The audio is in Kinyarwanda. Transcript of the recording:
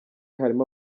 harimo